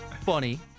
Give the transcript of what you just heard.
Funny